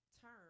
term